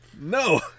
No